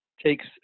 takes